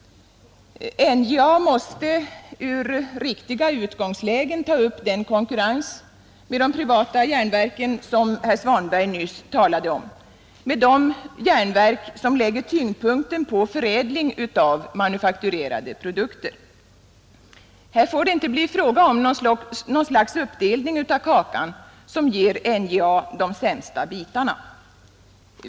NJA måste ur riktiga utgångslägen ta upp den konkurrens med de privata järnverken som herr Svanberg nyss talade om — med de järnverk som lägger tyngdpunkten på förädling av manufakturerade produkter. Här får det inte bli fråga om något slags uppdelning av kakan som ger NJA de sämsta bitarna.